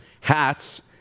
hats